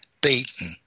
beaten